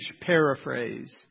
paraphrase